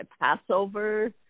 Passover